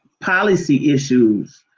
policy issues,